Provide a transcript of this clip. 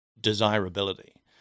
desirability